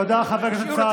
תודה, חבר הכנסת סעדי.